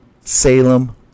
Salem